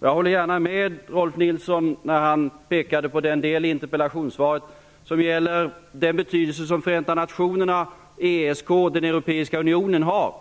Jag håller gärna med Rolf Nilson när han pekar på den del i interpellationssvaret som gäller den betydelse som Förenta nationerna, ESK och den europeiska unionen har.